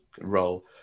role